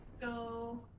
go